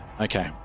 Okay